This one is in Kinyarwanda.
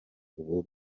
ubu